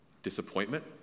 Disappointment